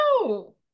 no